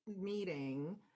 meeting